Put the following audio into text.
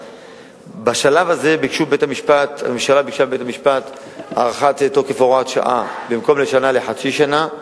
בנוסף פנה משרד החקלאות לשר האוצר בבקשה להוריד את שיעור המכס מ-90